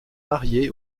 mariée